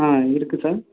ஆ இருக்குது சார்